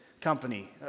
company